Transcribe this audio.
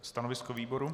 Stanovisko výboru?